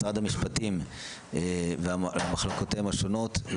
משרד המשפטים ומחלקותיהם השונות.